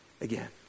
again